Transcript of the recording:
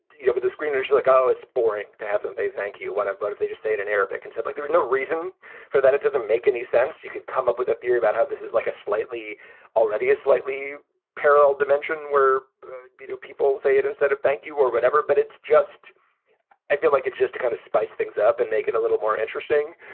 you know, with the screeners, like, oh, it's boring to have them say thank you. what about but if they just say it in arabic and said, like, there's no reason for that? it doesn't make any sense. you could come up with a theory about how this is like a slightly already a slightly parallel dimension where you know people say it instead of thank you or whatever. but it's just i feel like it's just to kind of spice things up and make it a little more interesting.